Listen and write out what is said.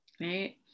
right